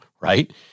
right